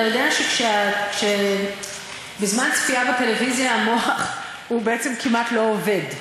כי אתה יודע שבזמן צפייה בטלוויזיה המוח בעצם כמעט לא עובד.